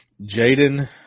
Jaden